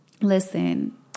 listen